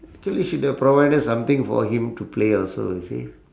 actually should have provided something for him to play also you see